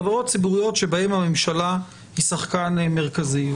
החברות הציבוריות שבהן הממשלה היא שחקן מרכזי,